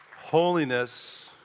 Holiness